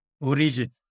origin